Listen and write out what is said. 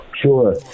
Sure